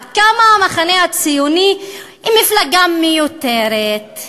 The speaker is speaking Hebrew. עד כמה המחנה הציוני היא מפלגה מיותרת,